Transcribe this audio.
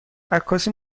عکاسی